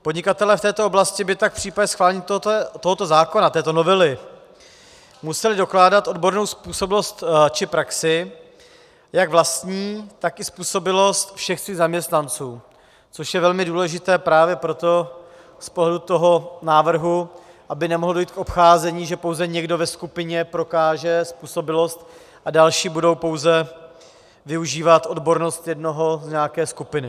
Podnikatelé v této oblasti by tak v případě tohoto zákona, této novely, museli dokládat odbornou způsobilost či praxi jak vlastní, tak i způsobilost všech svých zaměstnanců, což je velmi důležité právě proto z pohledu toho návrhu, aby nemohlo dojít k obcházení, že pouze někdo ve skupině prokáže způsobilost a další budou pouze využívat odbornost jednoho nějaké skupiny.